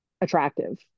attractive